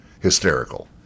hysterical